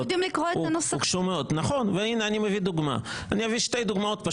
אני אביא שתי דוגמאות.